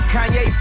Kanye